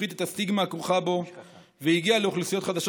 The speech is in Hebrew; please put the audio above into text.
הפחית את הסטיגמה הכרוכה בו והגיעה לאוכלוסיות חדשות